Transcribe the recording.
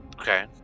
okay